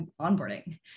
onboarding